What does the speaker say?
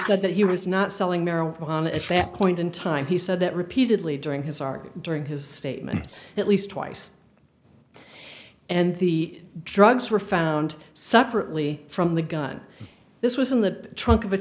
t that he was not selling marijuana at that point in time he said that repeatedly during his art during his statement at least twice and the drugs were found separately from the gun this was in the trunk of